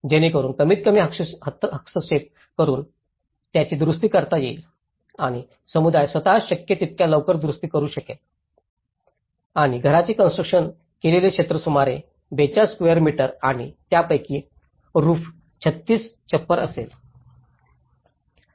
जेणेकरून कमीतकमी हस्तक्षेप करून त्याची दुरुस्ती करता येईल आणि समुदाय स्वतःच शक्य तितक्या लवकर दुरुस्ती करू शकेल आणि घराचे कॉन्स्ट्रुकशन केलेले क्षेत्र सुमारे 42 स्वेअर मीटर आणि त्यापैकी roof 36 छप्पर असेल